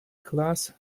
class